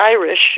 Irish